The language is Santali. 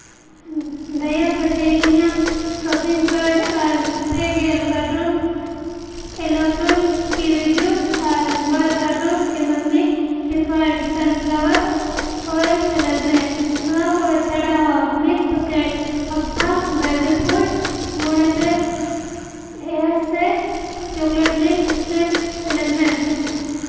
ᱫᱟᱭᱟ ᱠᱟᱛᱮᱫ ᱤᱧᱟᱹᱜ ᱥᱚᱯᱤᱝ ᱠᱟᱨᱰ ᱟᱨ ᱯᱮ ᱜᱮᱞ ᱠᱟᱨᱴᱩᱱ ᱮᱞᱳᱯᱷᱨᱩᱴ ᱠᱮᱣᱮ ᱡᱩᱥ ᱟᱨ ᱵᱟᱨ ᱠᱟᱨᱴᱩᱱᱥ ᱮᱢᱟᱢᱤ ᱨᱤᱯᱷᱟᱭᱤᱱᱰ ᱥᱟᱱᱼᱯᱷᱞᱟᱣᱟᱨᱥ ᱳᱭᱮᱞ ᱥᱮᱞᱮᱫ ᱢᱮ ᱱᱚᱣᱟ ᱠᱚ ᱪᱷᱟᱰᱟ ᱦᱚᱸ ᱢᱤᱫ ᱯᱮᱠᱮᱴ ᱦᱟᱯᱟ ᱵᱮᱵᱤ ᱯᱷᱩᱰ ᱢᱚᱬᱮ ᱯᱮᱠ ᱦᱮᱣᱮᱨᱥᱮᱥ ᱪᱚᱠᱞᱮᱴ ᱢᱤᱞᱠ ᱥᱮᱠ ᱥᱮᱞᱮᱫ ᱢᱮ